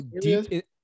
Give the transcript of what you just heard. deep